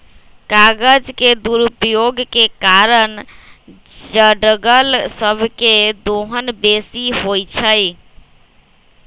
कागज के दुरुपयोग के कारण जङगल सभ के दोहन बेशी होइ छइ